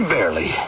Barely